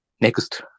next